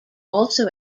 also